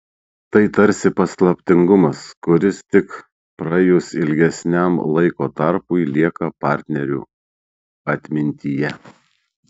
tai tarsi paslaptingumas kuris tik praėjus ilgesniam laiko tarpui lieka partnerių atmintyje